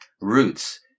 roots